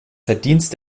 verdienst